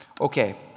Okay